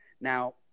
Now